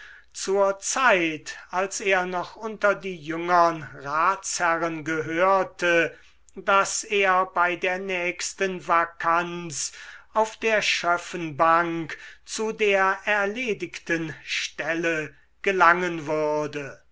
zur zeit als er noch unter die jüngern ratsherren gehörte daß er bei der nächsten vakanz auf der schöffenbank zu der erledigten stelle gelangen würde